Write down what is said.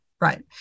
right